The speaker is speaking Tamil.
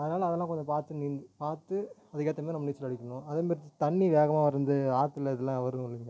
அதனால அதெலாம் கொஞ்சம் பார்த்து நீ பார்த்து அதுக்கேற்ற மாரி நம்ம நீச்சல் அடிக்கணும் அதே மாரி ஸ் தண்ணி வேகமாக வந்து ஆத்தில் இதெலாம் வரும் பாருங்க